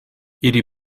ili